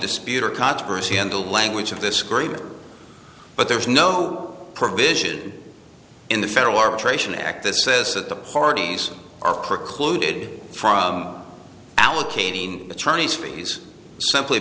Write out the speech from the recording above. dispute or controversy in the language of this agreement but there is no provision in the federal arbitration act that says that the parties are precluded from allocating attorney's fees simply